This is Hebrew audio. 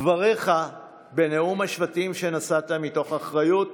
דבריך בנאום השבטים שנשאת, מתוך אחריות